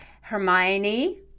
Hermione